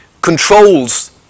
controls